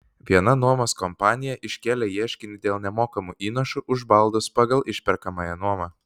viena nuomos kompanija iškėlė ieškinį dėl nemokamų įnašų už baldus pagal išperkamąją nuomą